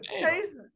Chase